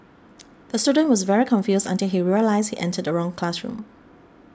the student was very confused until he realised he entered the wrong classroom